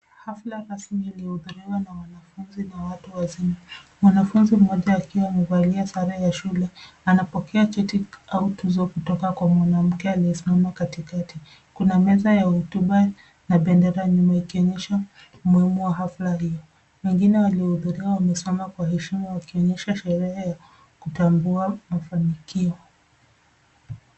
Hafla rasmi iliyohudhuriwa na wanafunzi na watu wazima. Mwanafunzi mmoja akiwa amevalia sare ya shule anapokea cheti au tuzo kutoka kwa mwanamke aliyesimama katikati. Kuna meza ya huduma na bendera nyuma, ikionyesha umuhimu wa hafla hii. Wengine waliohudhuria wamesimama kwa heshima wakionyesha sherehe ya kutambua mafanikio.